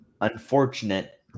unfortunate